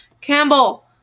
Campbell